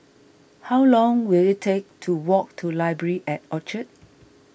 how long will it take to walk to Library at Orchard